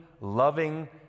loving